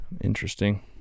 Interesting